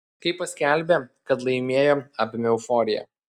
kai paskelbė kad laimėjo apėmė euforija